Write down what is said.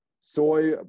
Soy